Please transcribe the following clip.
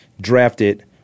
drafted